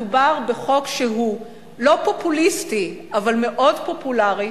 מדובר בחוק שהוא לא פופוליסטי, אבל מאוד פופולרי.